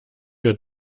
wir